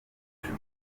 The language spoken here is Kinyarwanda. iwacu